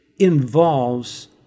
involves